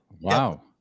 Wow